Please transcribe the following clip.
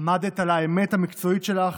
עמדת על האמת המקצועית שלך,